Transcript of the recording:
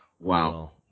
Wow